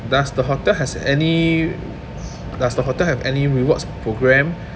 does the hotel has any does the hotel have any rewards program